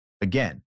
Again